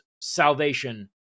salvation